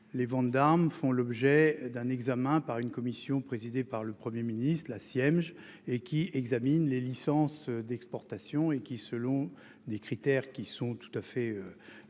Les ventes d'armes font l'objet d'un examen par une commission présidée par le Premier Ministre là siège et qui examine les licences d'exportation et qui selon des critères qui sont tout à fait. Bien